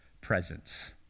presence